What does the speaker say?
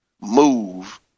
move